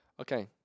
Okay